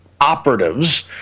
operatives